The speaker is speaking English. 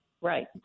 Right